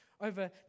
over